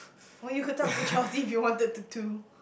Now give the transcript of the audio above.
or you could talk to Chelsea if you wanted to do